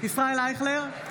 ישראל אייכלר,